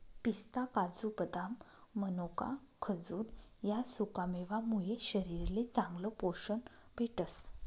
पिस्ता, काजू, बदाम, मनोका, खजूर ह्या सुकामेवा मुये शरीरले चांगलं पोशन भेटस